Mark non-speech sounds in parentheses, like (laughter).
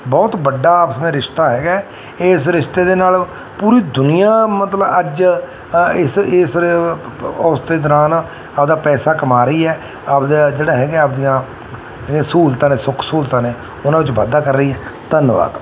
ਬਹੁਤ ਵੱਡਾ ਆਪਸ ਮੇਂ ਰਿਸ਼ਤਾ ਹੈਗਾ ਇਹ ਇਸ ਰਿਸ਼ਤੇ ਦੇ ਨਾਲ ਪੂਰੀ ਦੁਨੀਆ ਮਤਲਬ ਅੱਜ ਇਸ ਇਸ (unintelligible) ਉਸ ਤੇ ਦੌਰਾਨ ਆਪਣਾ ਪੈਸਾ ਕਮਾ ਰਹੀ ਹੈ ਆਪਣਾ ਜਿਹੜਾ ਹੈਗਾ ਆਪਣੀਆਂ ਜਿਹੜੀਆਂ ਸਹੂਲਤਾਂ ਨੇ ਸੁੱਖ ਸਹੂਲਤਾਂ ਨੇ ਉਹਨਾਂ ਵਿੱਚ ਵਾਧਾ ਕਰ ਰਹੀ ਹੈ ਧੰਨਵਾਦ